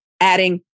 adding